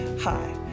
Hi